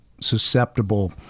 susceptible